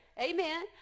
Amen